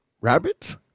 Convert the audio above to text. Rabbits